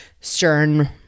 stern